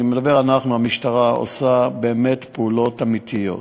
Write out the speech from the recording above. אני מדבר "אנחנו" המשטרה עושה באמת פעולות אמיתיות.